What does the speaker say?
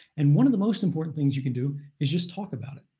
and one of the most important things you can do is just talk about it.